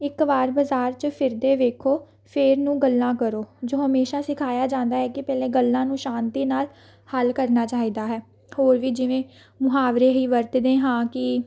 ਇੱਕ ਵਾਰ ਬਜ਼ਾਰ 'ਚ ਫਿਰਦੇ ਵੇਖੋ ਫਿਰ ਨੂੰ ਗੱਲਾਂ ਕਰੋ ਜੋ ਹਮੇਸ਼ਾ ਸਿਖਾਇਆ ਜਾਂਦਾ ਹੈ ਕਿ ਪਹਿਲੇ ਗੱਲਾਂ ਨੂੰ ਸ਼ਾਂਤੀ ਨਾਲ ਹੱਲ ਕਰਨਾ ਚਾਹੀਦਾ ਹੈ ਹੋਰ ਵੀ ਜਿਵੇਂ ਮੁਹਾਵਰੇ ਹੀ ਵਰਤਦੇ ਹਾਂ ਕਿ